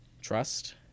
trust